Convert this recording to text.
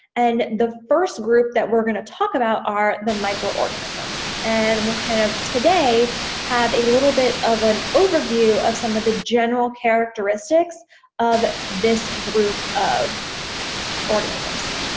and the first group that were gonna talk about are the microorganisms. and and kind of today have a little bit of an overview of some of the general characteristics of this group of organisms.